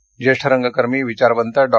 लग ज्येष्ठ रंगकर्मी विचारवंत डॉ